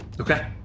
Okay